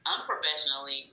unprofessionally